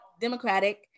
democratic